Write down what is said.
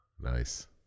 Nice